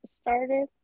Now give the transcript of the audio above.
started